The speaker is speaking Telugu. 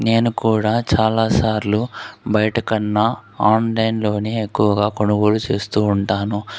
నేను కూడా చాలాసార్లు బయట కన్నా ఆన్లైన్ లోనే ఎక్కువగా కొనుగోలు చేస్తూ ఉంటాను